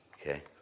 Okay